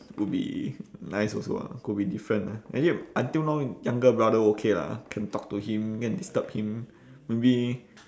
would be nice also ah could be different lah actually until now younger brother okay lah can talk to him go and disturb him maybe